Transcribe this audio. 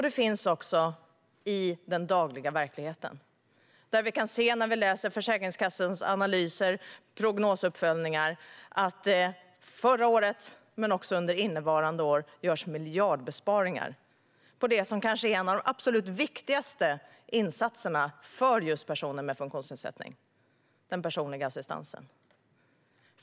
De finns också i den dagliga verkligheten. När vi läser Försäkringskassans analyser och prognosuppföljningar kan vi se att förra året men också innevarande år görs miljardbesparingar på det som kanske är en av de absolut viktigaste insatserna för personer med funktionsnedsättning, den personliga assistansen.